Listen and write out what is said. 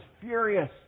furious